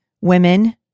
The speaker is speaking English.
women